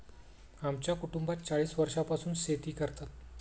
आमच्या कुटुंबात चाळीस वर्षांपासून शेती करतात